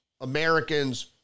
Americans